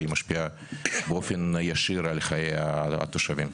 היא משפיעה באופן ישיר על חיי התושבים.